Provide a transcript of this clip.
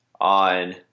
on